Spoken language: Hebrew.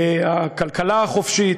הכלכלה החופשית,